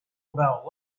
about